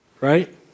right